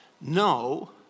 No